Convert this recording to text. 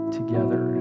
together